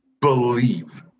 believe